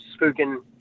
spooking